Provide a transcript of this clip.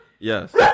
Yes